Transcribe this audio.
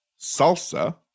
Salsa